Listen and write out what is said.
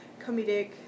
comedic